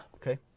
Okay